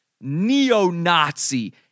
neo-Nazi